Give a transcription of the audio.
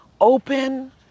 open